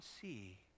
see